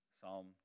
Psalm